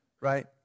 right